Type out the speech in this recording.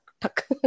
tuck